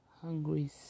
Hungry